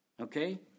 okay